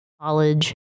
college